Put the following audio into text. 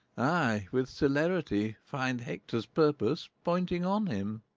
ay, with celerity, find hector's purpose pointing on him.